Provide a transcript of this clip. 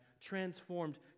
transformed